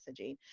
messaging